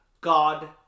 god